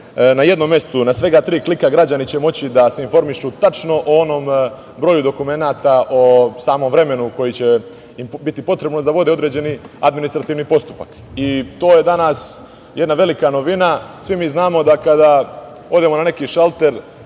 Na jednom mestu, na svega tri klika, građani će moći da se informišu tačno o onom broju dokumenata, o samom vremenu koji će biti potrebno da vode određeni administrativni postupak. To je danas jedna velika novina. Svi mi znamo da kada odemo na neki šalter